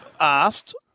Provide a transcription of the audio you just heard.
asked